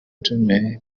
jammeh